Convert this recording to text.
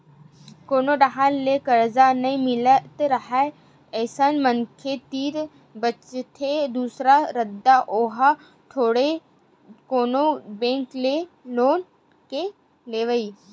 कोनो डाहर ले करजा नइ मिलत राहय अइसन मनखे तीर बचथे दूसरा रद्दा ओहा होथे कोनो बेंक ले लोन के लेवई